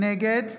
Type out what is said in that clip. נגד